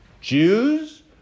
Jews